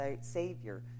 Savior